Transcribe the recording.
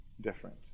different